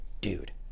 dude